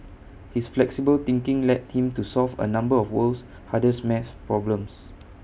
his flexible thinking led him to solve A number of the world's hardest math problems